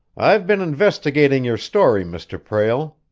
i've been investigating your story, mr. prale,